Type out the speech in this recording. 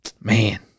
man